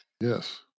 Yes